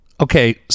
Okay